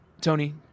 Tony